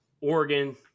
oregon